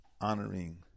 honoring